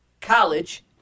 college